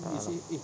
a'ah lah